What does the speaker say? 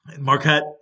Marquette